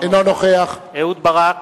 אינו נוכח אהוד ברק